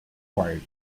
wild